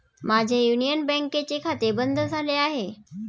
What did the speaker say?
माझे युनियन बँकेचे खाते बंद झाले आहे